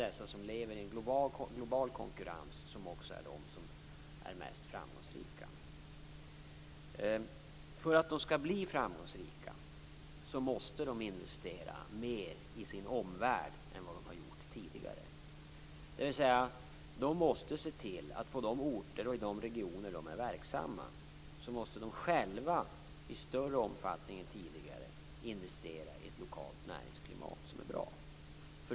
De som lever i en global konkurrens är också de mest framgångsrika. För att de skall bli framgångsrika måste de investera mer i sin omvärld än vad de har gjort tidigare, dvs. de måste själva på de orter och i de regioner där de är verksamma i större omfattning än tidigare investera i ett bra lokalt näringsklimat.